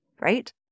right